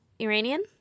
Iranian